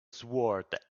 sword